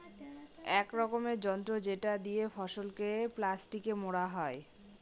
এক রকমের যন্ত্র যেটা দিয়ে ফসলকে প্লাস্টিকে মোড়া হয়